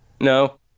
No